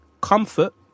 comfort